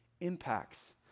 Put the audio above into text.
impacts